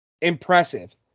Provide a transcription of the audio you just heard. Impressive